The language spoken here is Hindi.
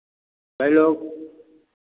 कै लोग